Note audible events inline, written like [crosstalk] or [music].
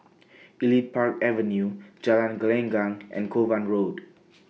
[noise] Elite Park Avenue Jalan Gelenggang and Kovan Road